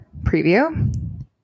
preview